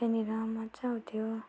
त्यहाँनिर मजा आउँथ्यो